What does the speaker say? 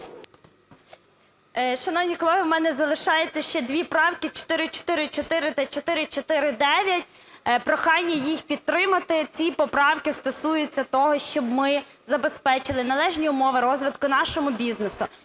Шановні колеги, у мене залишається ще дві правки: 444 та 449. Прохання їх підтримати. Ці поправки стосуються того, щоб ми забезпечили належні умови розвитку нашого бізнесу.